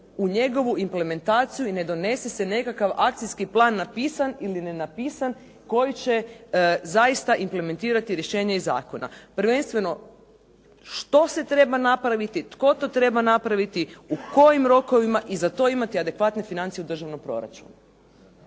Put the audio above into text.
u njegovu implementaciju i ne donese se nekakav akcijski plan napisan ili nenapisan koji će zaista implementirati rješenje iz zakona prvenstveno što se treba napraviti, tko to treba napraviti, u kojim rokovima i za to imati adekvatne financije u državnom proračunu.